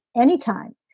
anytime